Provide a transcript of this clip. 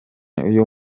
uyu